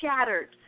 shattered